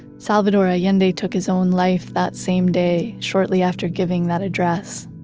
salvador allende took his own life that same day shortly after giving that address